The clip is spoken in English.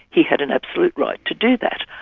he had an absolute right to do that.